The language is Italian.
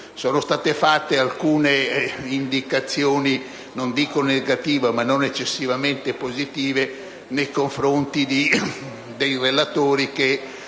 Sono state fatte alcune osservazioni non dico negative, ma non eccessivamente positive nei confronti dei relatori che,